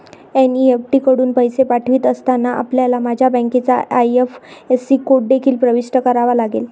NEFT कडून पैसे पाठवित असताना, आपल्याला माझ्या बँकेचा आई.एफ.एस.सी कोड देखील प्रविष्ट करावा लागेल